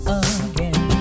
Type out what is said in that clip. again